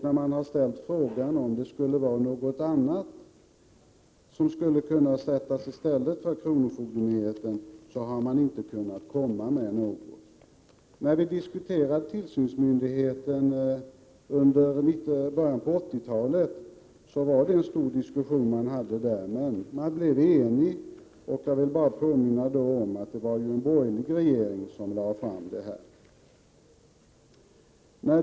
När man har frågat om kronofogdemyndigheterna skall ersättas med någonting annat, har det inte kommit något förslag. Frågan om tillsynsmyndigheten diskuterades ju mycket i början av 1980-talet, men man blev enig på den punkten. Jag vill bara påminna om att det var en borgerlig regering som lade fram förslag i detta sammanhang.